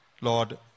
Lord